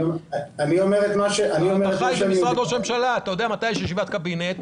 אתה יודע מתי יש ישיבת קבינט,